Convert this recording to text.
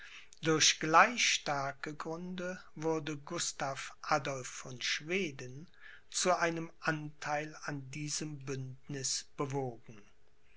durch gleich starke gründe wurde gustav adolph von schweden zu einem antheil an diesem bündniß bewogen